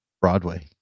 Broadway